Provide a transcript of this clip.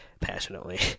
passionately